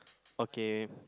okay